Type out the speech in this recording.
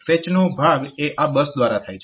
ફેચનો ભાગ એ આ બસ દ્વારા થાય છે